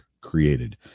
created